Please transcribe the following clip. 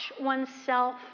oneself